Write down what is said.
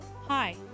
Hi